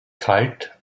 kalt